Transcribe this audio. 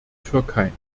türkei